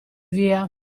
via